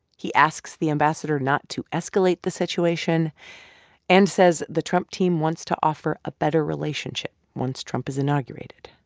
he asks the ambassador not to escalate the situation and says the trump team wants to offer a better relationship once trump is inaugurated.